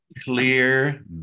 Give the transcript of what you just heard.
clear